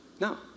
No